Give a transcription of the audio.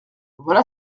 voilà